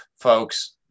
folks